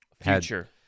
future